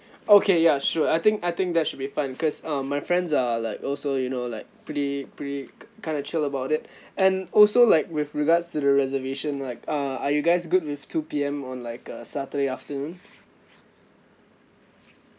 okay ya sure I think I think that should fine because uh my friends are like also you know like pretty pretty kind of chill about it and also like with regards to the reservation like uh are you guys good with two P_M on like a saturday afternoon